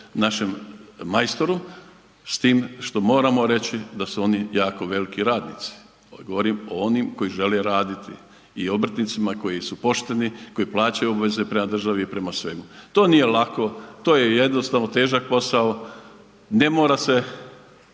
našem majstoru s tim što moramo reći da su oni jako veliki radnici. To govorim o onim koji žele raditi i obrtnicima koji su pošteni, koji plaćaju obaveze prema državi i prema svemu. To nije lako, to je jednostavno težak posao, ne mora se